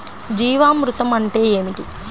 జీవామృతం అంటే ఏమిటి?